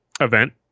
event